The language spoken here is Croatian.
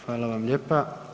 Hvala vam lijepa.